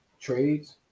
trades